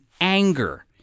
anger